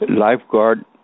lifeguard